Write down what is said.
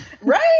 right